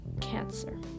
cancer